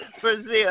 Brazil